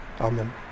Amen